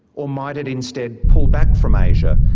or might it instead pull back from asia,